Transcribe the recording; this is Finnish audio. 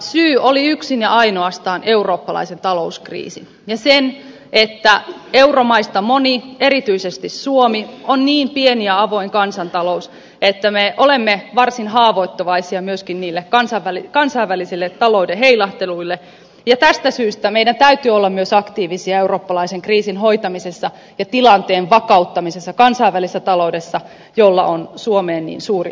syy oli yksin ja ainoastaan eurooppalaisen talouskriisin ja sen että euromaista moni erityisesti suomi on niin pieni ja avoin kansantalous että me olemme varsin haavoittuvaisia myöskin niille kansainvälisille talouden heilahteluille ja tästä syystä meidän täytyy olla myös aktiivisia eurooppalaisen kriisin hoitamisessa ja tilanteen vakauttamisessa kansainvälisessä taloudessa jolla on suomeen niin suuri vaikutus